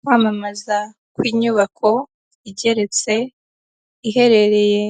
Kwamamaza kw'inyubako igeretse, iherereye